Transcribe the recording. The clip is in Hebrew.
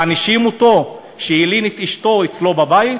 מענישים אותו על שהלין את אשתו אצלו בבית